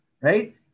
right